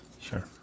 Sure